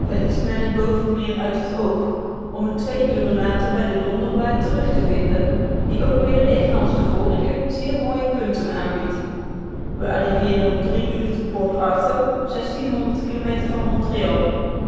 verliest men het bovenmeer uit het oog om het twee uren later bij de donderbaai terug te vinden die ook weer evenals de vorige zeer mooie punten aanbiedt we arriveeren om drie uur te port arthur kilometer van